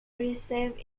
received